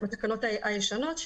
בתקנות הישנות,